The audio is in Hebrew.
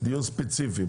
לדיון ספציפי.